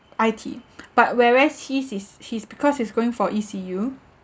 I_T but whereas his is he's because he's going for E_C_U